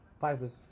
Pipers